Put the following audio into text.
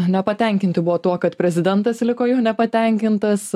nepatenkinti buvo tuo kad prezidentas liko juo nepatenkintas